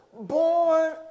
Born